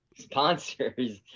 Sponsors